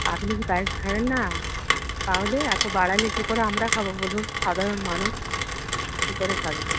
আপনি কি পায়েস খাবেন না তাহলে এতো বাড়ালে কি করে আমরা খাবো বলুন সাধারণ মানুষ কি করে খাবে